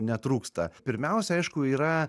netrūksta pirmiausia aišku yra